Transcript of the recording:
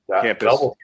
campus